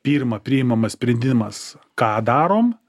pirma priimamas sprendimas ką darom